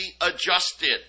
adjusted